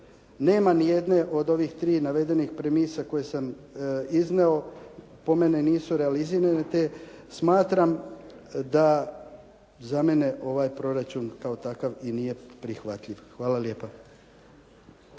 nema nijedne od ovih tri navedenih premisa koje sam iznio. Po meni nisu realizirane, te smatram da za mene ovaj proračun kao takav i nije prihvatljiv. Hvala lijepa.